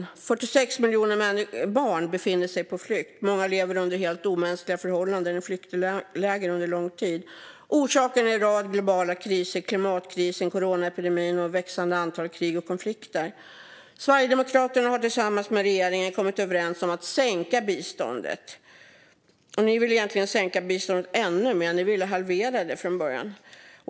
Det är 46 miljoner barn som befinner sig på flykt. Många lever under helt omänskliga förhållanden i flyktingläger under lång tid. Orsaken är en rad globala kriser: klimatkrisen, coronaepidemin och ett växande antal krig och konflikter. Sverigedemokraterna har tillsammans med regeringen kommit överens om att sänka biståndet. Ni vill egentligen sänka biståndet ännu mer. Ni ville halvera det från början.